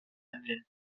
engine